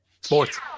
Sports